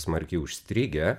smarkiai užstrigę